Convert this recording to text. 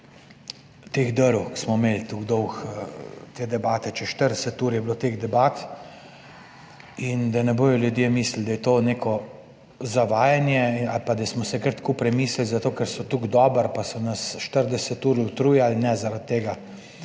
teh drv, ker smo imeli tako dolgo te debate, čez 40 ur je bilo teh debat, da ne bodo ljudje mislili, da je to neko zavajanje ali pa da smo se kar tako premislili, zato ker so tako dobri in so nas 40 ur utrujali. Ne zaradi tega.